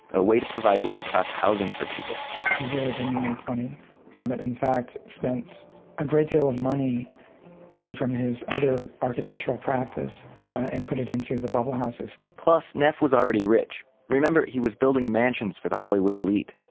a way to provide low-cost housing for people he really didn't make money from it. in fact, spent a great deal of money money from his other architectural practice and put it into the bubble houses plus, neff was already rich. remember, he was building mansions for the hollywood elite.